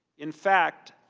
in fact,